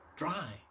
dry